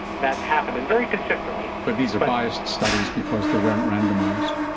that happened, and very consistently. but these are biased studies because they weren't randomised.